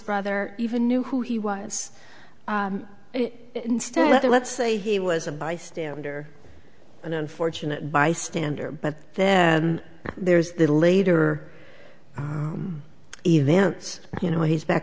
brother even knew who he was instead let's say he was a bystander an unfortunate bystander but then there's the later events you know he's back